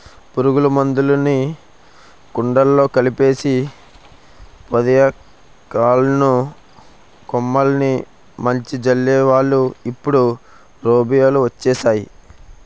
పురుగుల మందులుని కుండలో కలిపేసి పదియాకులున్న కొమ్మలిని ముంచి జల్లేవాళ్ళు ఇప్పుడు రోబోలు వచ్చేసేయ్